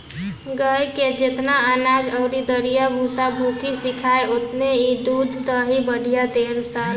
गाए के जेतना अनाज अउरी दरिया भूसा भूसी खियाव ओतने इ दूध बढ़िया अउरी ढेर देले